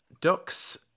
Ducks